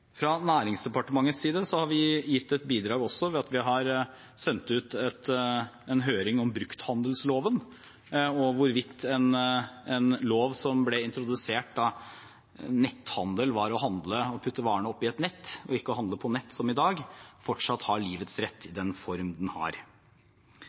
Fra Næringsdepartementets side har vi gitt et bidrag også ved at vi har sendt ut et forslag på høring i forbindelse med brukthandellova, om hvorvidt en lov som ble introdusert da netthandel var å handle og putte varene oppi et nett, og ikke å handle på nett, som i dag, fortsatt har livets rett i